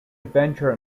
adventure